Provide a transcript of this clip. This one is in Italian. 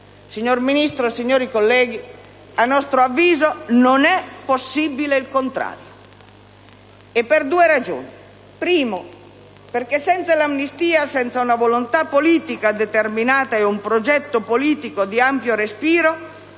Signor Ministro, signori colleghi, a nostro avviso, non è possibile il contrario, e per due ragioni: in primo luogo, perché senza l'amnistia, senza una volontà politica determinata e un progetto politico di ampio respiro,